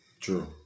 True